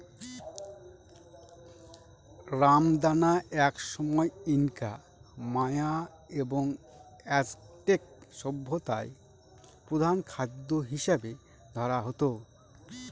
রামদানা একসময় Inca, Maya এবং অ্যাজটেক সভ্যতায় প্রধান খাদ্য হিসাবে ধরা হত